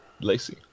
Lacey